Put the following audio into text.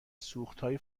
سوختهای